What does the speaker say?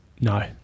No